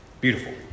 Beautiful